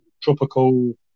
tropical